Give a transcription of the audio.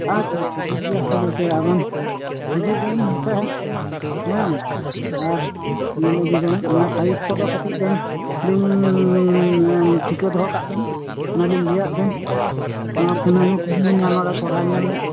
ᱟᱪᱪᱷᱟ ᱟᱪᱪᱷᱟ ᱴᱷᱤᱠ ᱜᱮᱭᱟ ᱴᱷᱤᱠ ᱟᱪᱷᱮ ᱟᱵᱮᱱ ᱦᱤᱡᱩᱜ ᱵᱮᱱ ᱱᱚᱛᱮ ᱦᱮᱸ ᱟᱨ ᱧᱮᱞ ᱤᱫᱤ ᱵᱮᱱ ᱚᱱᱟ ᱴᱟᱭᱤᱢ ᱠᱚ ᱫᱚ ᱠᱟᱹᱴᱤᱡ ᱵᱮᱱ ᱴᱷᱤᱠᱟᱹ ᱫᱚᱦᱚ ᱠᱟᱜ ᱵᱮᱱ ᱚᱱᱮᱞᱤᱧ ᱞᱟᱭᱟᱫᱵᱮᱱ ᱱᱚᱶᱟ ᱠᱩᱱᱟᱹᱢᱤ ᱯᱩᱨᱱᱤᱢᱟ ᱥᱚᱦᱨᱟᱭ ᱧᱮᱞ